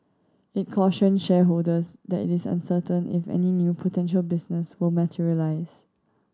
it cautioned shareholders that it is uncertain if any new potential business will materialise